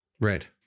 Right